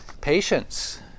Patience